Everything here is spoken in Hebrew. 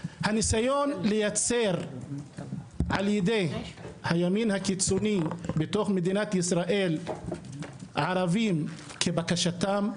הניסיון לייצר על ידי הימין הקיצוני בתוך מדינת ישראל ערבים כבקשתם,